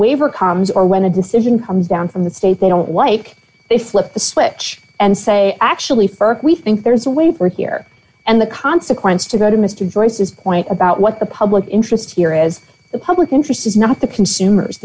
waiver comes or when a decision comes down from the state they don't like they flip the switch and say actually st we think there's a way for here and the consequence to go to mr joyce's point about what the public interest here is the public interest is not the consumers